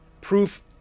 proof